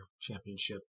championship